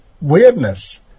weirdness